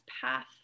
path